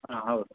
ಹಾಂ ಹೌದು